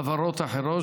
חברות אחרות,